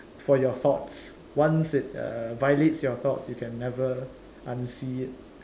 for your thoughts once it uh violates your thoughts you can never unsee it